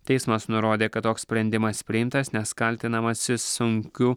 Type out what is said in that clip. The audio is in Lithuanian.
teismas nurodė kad toks sprendimas priimtas nes kaltinamasis sunkiu